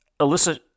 Alyssa